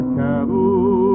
cattle